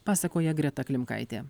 pasakoja greta klimkaitė